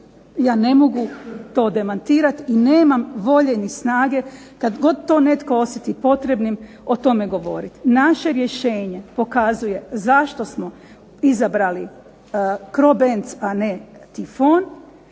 ja ne mogu to demantirati i nemam volje ni snage, kad god to netko osjeti potrebnim o tome govoriti. Naše rješenje pokazuje zašto smo izabrali CROBENZ, a ne Tifon,